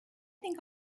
think